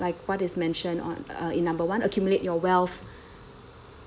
like what is mentioned on uh in number one accumulate your wealth